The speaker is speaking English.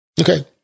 okay